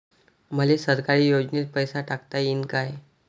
मले सरकारी योजतेन पैसा टाकता येईन काय?